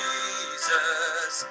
Jesus